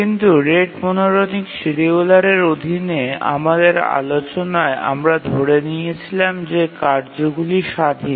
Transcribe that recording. কিন্তু rate monotonic শিডিয়ুলারের অধীনে আমাদের আলোচনায় আমরা ধরে নিয়েছিলাম যে কার্যগুলি স্বাধীন